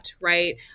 right